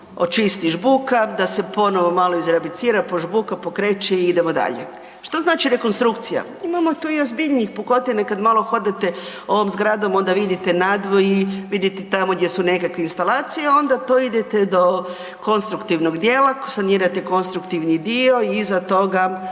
očisti žbuka, da se ponovo malo … požbuka, pokreči i idemo dalje. Što znači rekonstrukcija? Imamo tu ozbiljnijih pukotina kada malo hodate ovom zgradom onda vidite nadvoji, vidite tamo gdje su nekakve instalacije onda to idete do konstruktivnog dijela, sanirate konstruktivni dio i iza toga